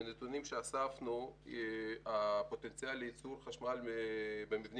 מהנתונים שאספנו הפוטנציאל לייצור חשמל במבנים